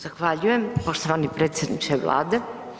Zahvaljujem poštovani predsjedniče Vlade.